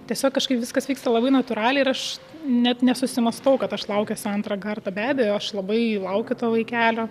tiesiog kažkaip viskas vyksta labai natūraliai ir aš net nesusimąstau kad aš laukiuosi antrą kartą be abejo aš labai laukiu to vaikelio